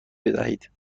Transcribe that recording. بدهید